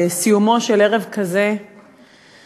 בסיומו של ערב כזה, זאת רק התחלה.